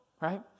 right